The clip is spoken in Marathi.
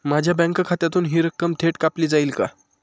माझ्या बँक खात्यातून हि रक्कम थेट कापली जाईल का?